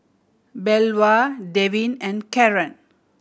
Belva Devin and Karan